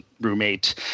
roommate